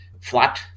Flat